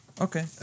Okay